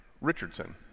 Richardson